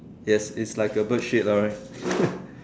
yes it's like a bird shit lor right